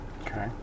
okay